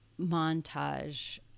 montage